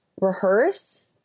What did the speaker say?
rehearse